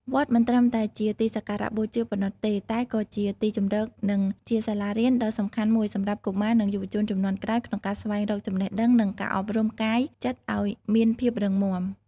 វត្តមិនត្រឹមតែជាទីសក្ការបូជាប៉ុណ្ណោះទេ តែក៏ជាទីជម្រកនិងជាសាលារៀនដ៏សំខាន់មួយសម្រាប់កុមារនិងយុវជនជំនាន់ក្រោយក្នុងការស្វែងរកចំណេះដឹងនិងការអប់រំកាយចិត្តឲ្យមានភាពរឹងមាំ។